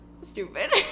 stupid